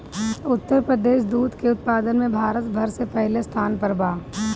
उत्तर प्रदेश दूध के उत्पादन में भारत भर में पहिले स्थान पर बा